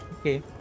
Okay